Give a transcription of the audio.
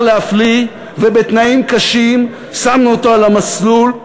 להפליא ובתנאים קשים שמנו אותו על המסלול.